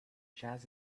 jazz